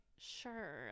sure